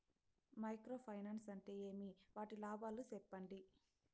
Micro finance అంటే ఏమి? వాటి లాభాలు సెప్పండి?